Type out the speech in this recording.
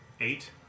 eight